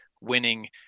winning